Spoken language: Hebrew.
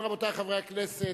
ובכן, רבותי חברי הכנסת,